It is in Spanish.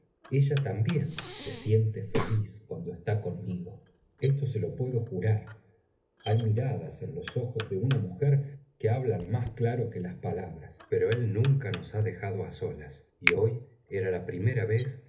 ella también se siente feliz cuando está conmigo esto se lo puedo jurar hay miradas en los ojos de una mujer que hablan más claro que las palabras pero él nunca nos ha dejado á solas y hoy era la primera vez